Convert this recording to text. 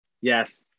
Yes